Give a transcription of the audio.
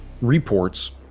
reports